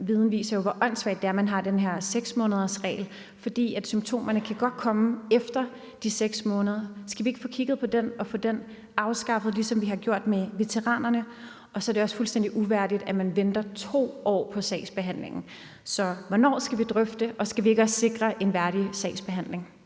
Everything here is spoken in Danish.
Viden viser jo, hvor åndssvagt det er, at man har den her 6-månedersregel, fordi symptomerne godt kan komme efter 6 måneder. Skal vi ikke få kigget på den og få den afskaffet, ligesom vi har gjort det med veteranerne? Så er det også fuldstændig uværdigt, at man venter 2 år på sagsbehandlingen. Så hvornår skal vi drøfte det, og skal vi ikke også sikre en værdig sagsbehandling?